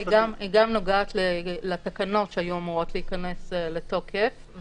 היא גם נוגעת לתקנות שהיו אמורות להיכנס לתוקף.